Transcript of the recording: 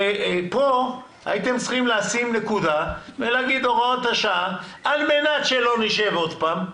פה הייתם צריכים לשים נקודה ולהגיד: על מנת שלא נשב פעם,